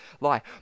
lie